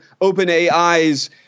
OpenAI's